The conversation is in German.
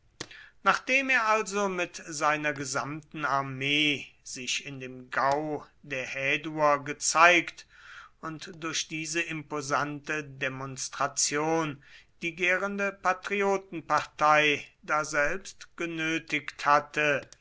nachdem er also mit seiner gesamten armee sich in dem gau der häduer gezeigt und durch diese imposante demonstration die gärende patriotenpartei daselbst genötigt hatte